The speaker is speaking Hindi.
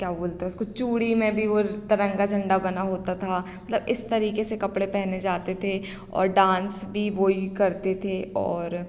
क्या बोलते हैं उसको चूड़ी में भी वह तिरंगा झंडा बना होता था मतलब इस तरीके से कपड़े पहने जाते थे और डांस भी वह ही करते थे और